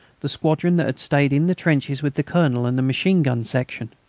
the squadron that had stayed in the trenches with the colonel and the machine-gun section.